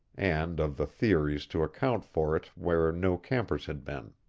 and of the theories to account for it where no campers had been.